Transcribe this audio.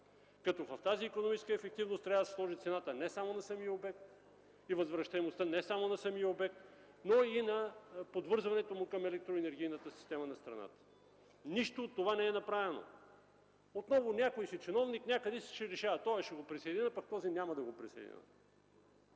Като в тази икономическа ефективност трябва да се сложи цената и възвръщаемостта не само на самия обект, но и на подвързването му към електроенергийната система на страната. Нищо от това не е направено. Отново някой си чиновник някъде си ще решава – този ще го присъединя, пък този няма да го присъединявам.